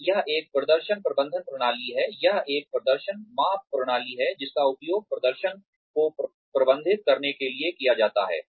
और यह एक प्रदर्शन प्रबंधन प्रणाली है यह एक प्रदर्शन माप प्रणाली है जिसका उपयोग प्रदर्शन को प्रबंधित करने के लिए किया जाता है